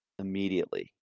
immediately